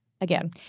again